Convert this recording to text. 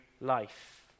life